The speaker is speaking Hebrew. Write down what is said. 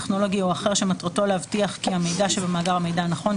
טכנולוגי או אחר שמטרתו להבטיח כי המידע שבמאגר המידע נכון,